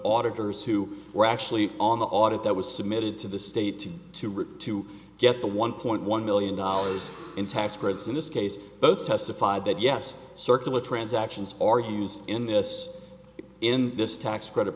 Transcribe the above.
auditors who were actually on the audit that was submitted to the state to return to get the one point one million dollars in tax credits in this case both testified that yes circular transactions are used in this in this tax credit